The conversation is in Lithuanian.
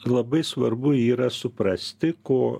labai svarbu yra suprasti ko